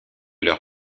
leur